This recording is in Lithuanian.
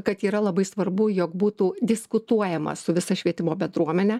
kad yra labai svarbu jog būtų diskutuojama su visa švietimo bendruomene